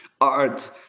art